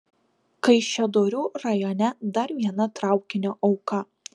kaišiadorių rajone dar viena traukinio auka